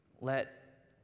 let